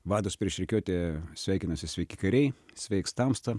vadas prieš rikiuotę sveikinasi sveiki kariai sveiks tamsta